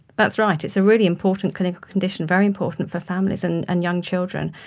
that's right, it's a really important clinical condition, very important for families and and young children,